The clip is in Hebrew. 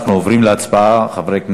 אנחנו עוברים להצבעה, חברי הכנסת.